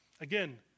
Again